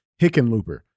Hickenlooper